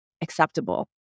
acceptable